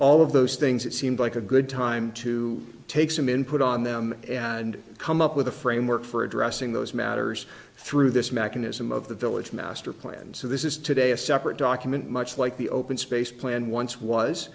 all of those things it seemed like a good time to take some input on them and come up with a framework for addressing those matters through this mechanism of the village master plan so this is today a separate document much like the open space plan once was